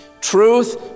Truth